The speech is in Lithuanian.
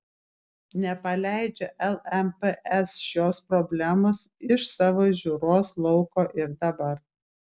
nepaleidžia lmps šios problemos iš savo žiūros lauko ir dabar